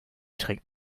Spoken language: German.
trägt